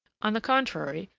on the contrary,